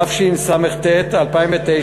התשס"ט 2009,